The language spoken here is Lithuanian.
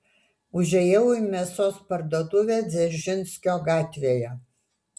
užėjau į mėsos parduotuvę dzeržinskio gatvėje